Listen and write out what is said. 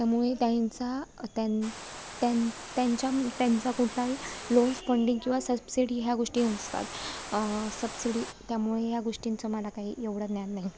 त्यामुळे त्याईंचा त्यांन त्यांन त्यांच्या त्यांचा कुठलाही लोन्स फंडिंग किंवा सबसिडी ह्या गोष्टी नसतात सबसिडी त्यामुळे ह्या गोष्टींचं मला काही एवढं ज्ञान नाही